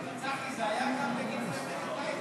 אבל, צחי, זה היה גם בגיבוי אמריקני.